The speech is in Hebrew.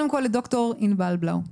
קודם כל את ד"ר ענבל בלאו,